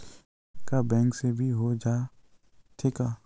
बीमा का बैंक से भी हो जाथे का?